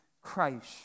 Christ